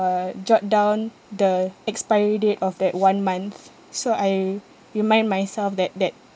jot down the expiry date of that one month so I remind myself that that